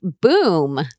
boom